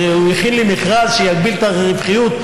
והוא הכין לי מכרז שיגביל את הרווחיות,